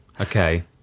Okay